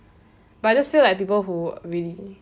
but I just feel like people who really oh